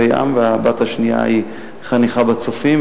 ים" והבת השנייה היא חניכה ב"צופים",